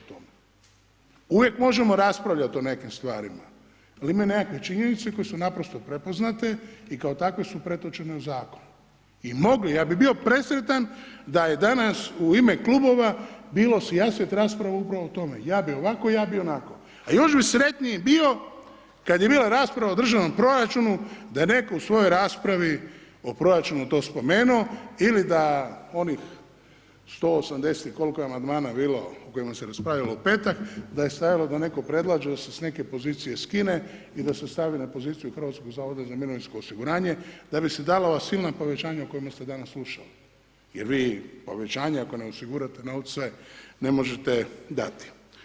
Uvijek možemo raspravljati o nekim stvarima, ali imaju nekakve činjenice koje su naprosto prepoznate i kao takve su pretočene u Zakon, i ja bi bio presretan da je danas u ime Klubova bilo sijaset rasprava upravo o tome, ja bi ovako, ja bi onako, a još bi sretniji bio, kad je bila rasprava o državnom proračunu, da je netko u svojoj raspravi o proračunu to spomenuo ili da onih 180 i kol'ko je amandmana bilo u kojima se raspravljalo u petak, da se stajalo da netko predlaže da se s neke pozicije skine i da se stavi na poziciju Hrvatskog zavoda za mirovinsko osiguranje, da bi se davala silna povećanja o kojima ste danas slušali, jer vi povećanje, ako ne osigurate novce, ne možete dati.